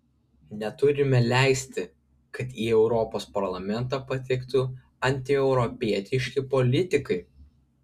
neturime leisti kad į europos parlamentą patektų antieuropietiški politikai